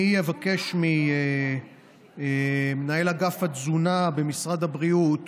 אני אבקש ממנהל אגף התזונה במשרד הבריאות